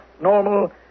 normal